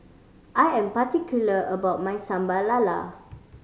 I am particular about my Sambal Lala